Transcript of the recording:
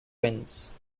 winds